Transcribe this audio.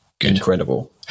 incredible